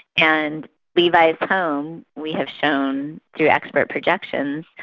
and levi's home, we have shown through expert projections,